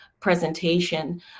presentation